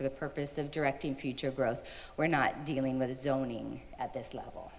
for the purpose of directing future growth we're not dealing with zoning at this level